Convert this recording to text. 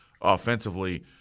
offensively